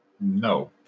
No